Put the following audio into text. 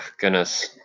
goodness